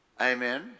Amen